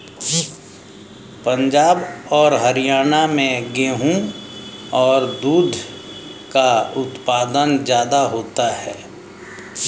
पंजाब और हरयाणा में गेहू और दूध का उत्पादन ज्यादा होता है